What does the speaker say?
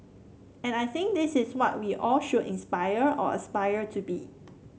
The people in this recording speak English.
and I think this is what we all should inspire or aspire to be